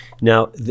Now